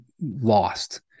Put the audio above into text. lost